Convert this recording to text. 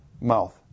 mouth